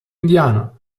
indianer